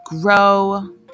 grow